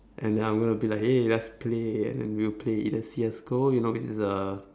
and then I'm gonna be like hey lets play and we will play either C_S go you know which is a